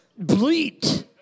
Bleat